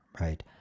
right